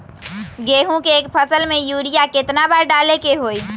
गेंहू के एक फसल में यूरिया केतना बार डाले के होई?